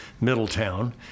Middletown